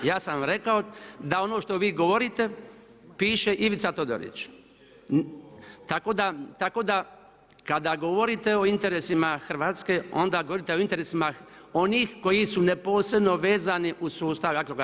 Ja sam rekao da ono što vi govorite, piše Ivica Todorić tako da kada govorite o interesima Hrvatske, onda govorite o interesima onih koji su neposredno vezani uz sustav Agrokora.